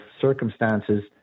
circumstances